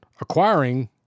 acquiring